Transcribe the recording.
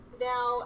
now